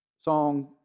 song